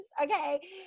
okay